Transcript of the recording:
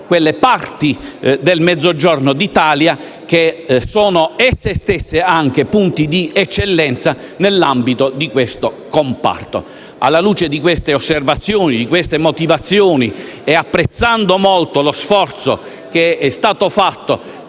quelle parti del Mezzogiorno d'Italia che sono esse stesse punti di eccellenza nell'ambito di questo comparto. Alla luce di queste osservazioni e di queste motivazioni e apprezzando molto lo sforzo che è stato fatto